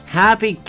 Happy